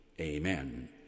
amen